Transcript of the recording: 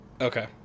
Okay